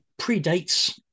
predates